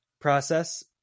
process